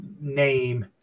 name